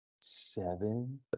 Seven